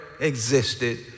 existed